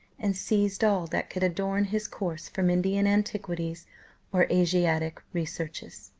and seized all that could adorn his course from indian antiquities or asiatic researches.